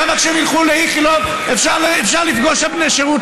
למה כשהם ילכו לאיכילוב אפשר לפגוש שם בני שירות